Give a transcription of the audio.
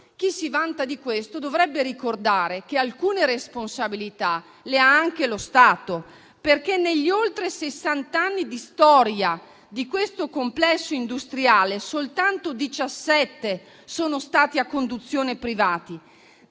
chi se ne vanta che dovrebbe ricordare che alcune responsabilità le ha anche lo Stato, perché negli oltre sessant'anni di storia di questo complesso industriale soltanto diciassette sono stati a conduzione privata;